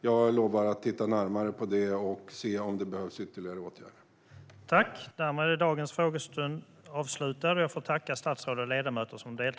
Jag lovar att titta närmare på detta och se om ytterligare åtgärder behövs.